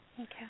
Okay